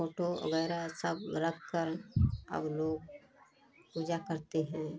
photo वगैरह सब रख कर अब लोग पूजा करते हैं